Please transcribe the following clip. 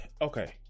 okay